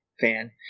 fan